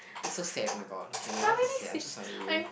this is so sad oh-my-god okay my life is sad I'm so sorry